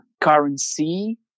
currency